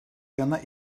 yana